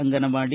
anganwadi